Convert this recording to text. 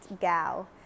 gal